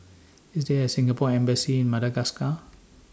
IS There A Singapore Embassy in Madagascar